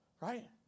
right